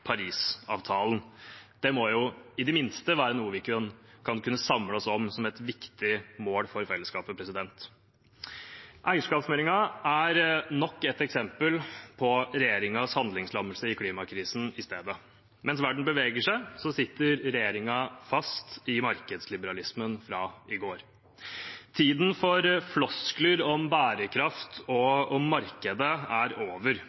Parisavtalen. Det må jo i det minste være noe vi kan kunne samle oss om som et viktig mål for fellesskapet. Eierskapsmeldingen er i stedet nok et eksempel på regjeringens handlingslammelse i klimakrisen. Mens verden beveger seg, sitter regjeringen fast i markedsliberalismen fra i går. Tiden for floskler om bærekraft og om markedet er over.